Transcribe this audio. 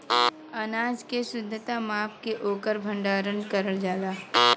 अनाज के शुद्धता माप के ओकर भण्डारन करल जाला